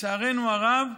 לצערנו הרב,